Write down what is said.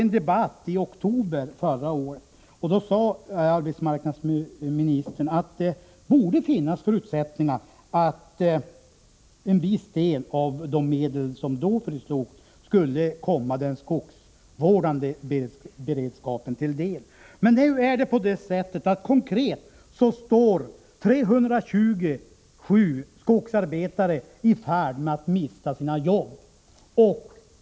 I en debatt i oktober förra året sade arbetsmarknadsministern att det borde finnas förutsättningar för att låta en viss del av beredskapsarbetsmedlen gå till den skogsvårdande sektorn. Konkret uttryckt står nu 327 skogsarbetare inför hotet att mista sina jobb.